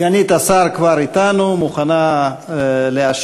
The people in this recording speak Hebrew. סגנית השר כבר אתנו, מוכנה להשיב.